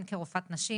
הן כרופאת נשים